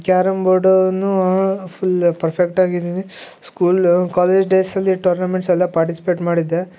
ಕ್ಯಾರಂಬೋರ್ಡುನೂ full ಪರ್ಫೆಕ್ಟಾಗಿದ್ದೀನಿ school college ಡೇಸಲ್ಲಿ tournaments ಎಲ್ಲಾ ಪಾರ್ಟಿಸಿಪೇಟ್ ಮಾಡಿದ್ದೆ